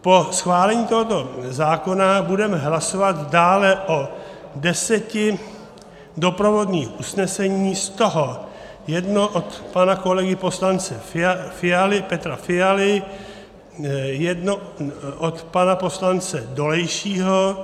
Po schválení tohoto zákona budeme hlasovat dále o 10 doprovodných usneseních, z toho jedno od pana kolegy poslance Fialy Petra, jedno od pana poslance Dolejšího.